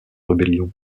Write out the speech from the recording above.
rébellion